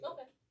Okay